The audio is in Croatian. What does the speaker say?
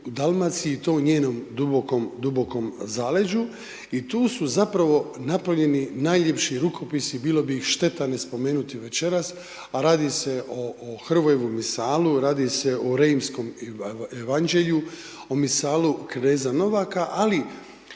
Dalmaciji i to u njenom dubokom, dubokom zaleđu i tu su zapravo napravljeni najljepši rukopisi, bilo bi ih šteta ne spomenuti večeras, a radi se o Hrvojevom misalu, radi se o .../Govornik se ne razumije./... evanđelju, o Misalu kneza Novaka ali